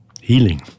healing